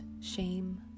shame